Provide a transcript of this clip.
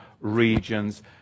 regions